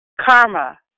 Karma